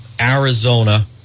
Arizona